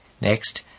Next